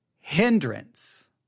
hindrance